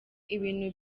ibintu